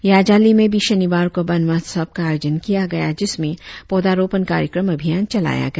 याजाली में भी शनिवार को वन महोत्सव का आयोजन किया गया जिसमें पौधारोपण कार्यक्रम अभियान चलाया गया